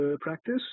practice